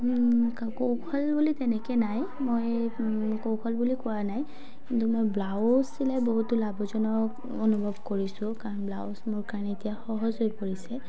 কৌশল বুলি তেনেকৈ নাই মই কৌশল বুলি কোৱা নাই কিন্তু মই ব্লাউজ চিলাই বহুতো লাভজনক অনুভৱ কৰিছোঁ কাৰণ ব্লাউজ মোৰ কাৰণে এতিয়া সহজ হৈ পৰিছে